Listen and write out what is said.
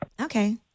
Okay